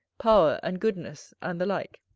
power, and goodness, and the like.